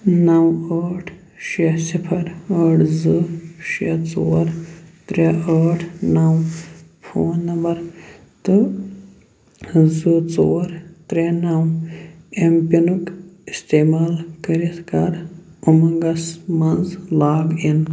نَو ٲٹھ شےٚ صِفَر ٲٹھ زٕ شےٚ ژور ترٛےٚ ٲٹھ نَو فون نمبر تہٕ زٕ ژور ترٛےٚ نَو ایم پِنُک اِستعمال کٔرِتھ کَر اُمنٛگس مَنٛز لاگ اِن